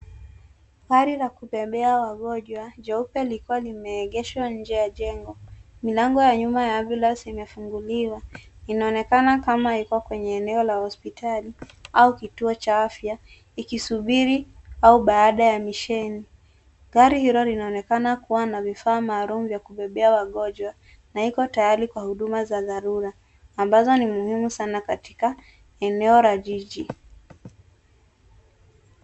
Gari la kubebea wagonjwa, jeupe likiwa limeegeshwa nje ya jengo. Milango ya nyuma ya ambulance imefunguliwa. Inaonekana kama Iko kwenye eneo la hospitali au kituo cha afya ikisubiri au baada ya misheni. Gari hilo linaonekana kuwa na vifaa maalum vya kubebea wagonjwa na Iko tayari kwa huduma za dharura ambazo ni muhimu sana katika eneo la jiji.